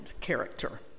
character